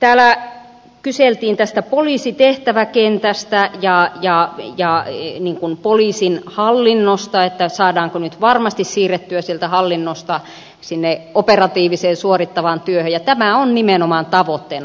täällä kyseltiin tästä olisi tehtävä kiinteästä jaa poliisitehtäväkentästä ja poliisin hallinnosta saadaanko nyt varmasti siirrettyä sieltä hallinnosta sinne operatiiviseen suorittavaan työhön ja tämä on nimenomaan tavoitteena